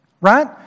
right